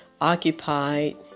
occupied